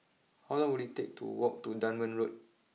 how long will it take to walk to Dunman Lane